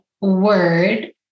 word